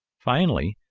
finally,